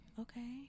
Okay